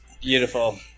Beautiful